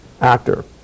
actor